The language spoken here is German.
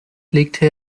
legte